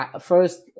first